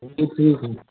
جی ٹھیک ہے